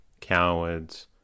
cowards